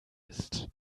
ist